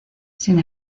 sin